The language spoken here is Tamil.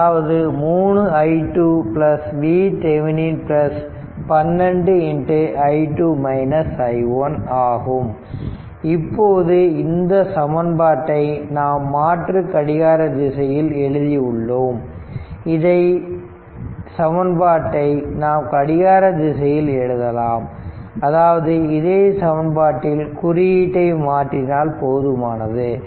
அதாவது 3 i2 VThevenin 12 ஆகும் இப்போது இந்த சமன்பாட்டை நாம் மாற்று கடிகார திசையில் எழுதியுள்ளோம் இதே சமன்பாட்டை நாம் கடிகார திசையில் எழுதலாம் அதாவது இதே சமன்பாட்டில் குறியீட்டை மாற்றினால் போதுமானது